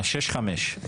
שש חמש.